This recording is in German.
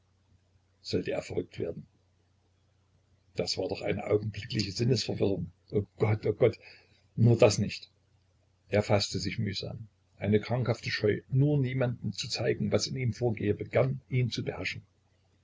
sollte er verrückt werden das war doch eine augenblickliche sinnesverwirrung o gott o gott nur das nicht er faßte sich mühsam eine krankhafte scheu nur niemandem zu zeigen was in ihm vorgehe begann ihn zu beherrschen